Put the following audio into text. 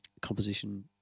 composition